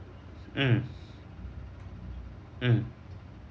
mm mm